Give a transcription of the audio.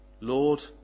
Lord